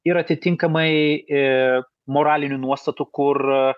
ir atitinkamai į moralinių nuostatų kur